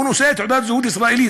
הוא נושא תעודת זהות ישראלית,